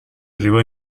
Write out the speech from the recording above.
arrivò